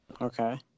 Okay